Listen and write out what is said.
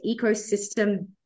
ecosystem